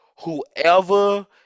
whoever